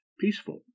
peaceful